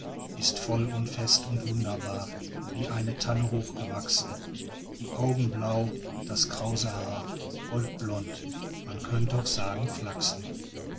ist voll und fest und wunderbar wie eine tanne hoch gewachsen die augen blau das krause haar goldblond man könnt auch sagen flachsen